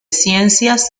ciencias